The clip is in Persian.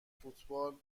فوتبال